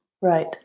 Right